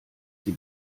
sie